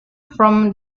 from